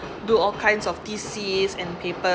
do all kinds of thesis and papers